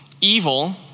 Evil